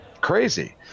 Crazy